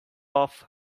off